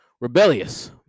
Rebellious